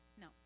No